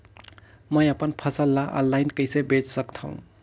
मैं अपन फसल ल ऑनलाइन कइसे बेच सकथव?